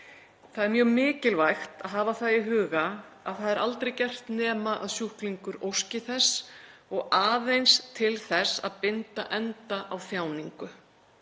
Mjög mikilvægt er að hafa í huga að það er aldrei gert nema sjúklingur óski þess og aðeins til þess að binda enda á þjáningu,